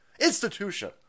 institution